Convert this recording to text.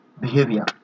behavior